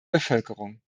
bevölkerung